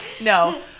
no